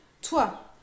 Toi